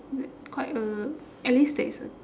quite a at least there is a